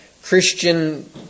Christian